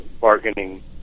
bargaining